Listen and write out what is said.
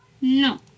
No